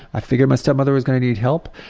i figured my stepmother was gonna need help,